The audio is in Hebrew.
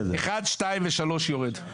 הסתייגויות 1, 2 ו-3 יורדות.